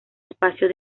espacio